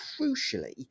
crucially